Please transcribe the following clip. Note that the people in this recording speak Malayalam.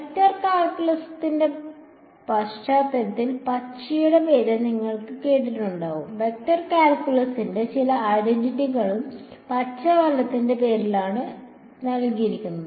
വെക്റ്റർ കാൽക്കുലസിന്റെ പശ്ചാത്തലത്തിൽ പച്ചയുടെ പേര് നിങ്ങൾ കേട്ടിട്ടുണ്ടാകും വെക്റ്റർ കാൽക്കുലസിന്റെ ചില ഐഡന്റിറ്റികൾക്ക് പച്ച വലത്തിന്റെ പേരിലാണ് പേര് നൽകിയിരിക്കുന്നത്